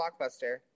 Blockbuster